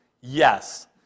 yes